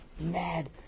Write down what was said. mad